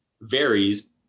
varies